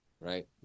right